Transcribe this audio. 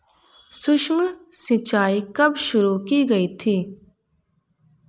सूक्ष्म सिंचाई कब शुरू की गई थी?